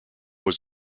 was